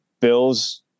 Bills